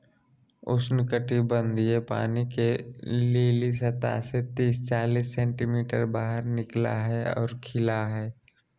उष्णकटिबंधीय पानी के लिली सतह से तिस चालीस सेंटीमीटर बाहर निकला हइ और खिला हइ